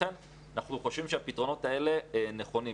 לכן אנחנו חושבים שהפתרונות האלה נכונים,